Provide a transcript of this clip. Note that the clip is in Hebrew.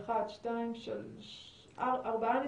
ארבעה נציגים,